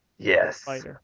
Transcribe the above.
Yes